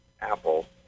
Apple